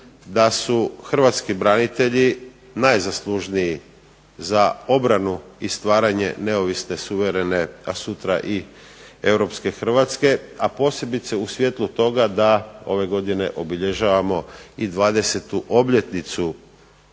da su hrvatski branitelji najzaslužniji za obranu i stvaranje neovisne, suverene, a sutra i europske Hrvatske. A posebice u svjetlu toga da ove godine obilježavamo i 20. obljetnicu